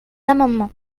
amendement